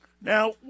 Now